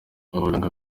abaganga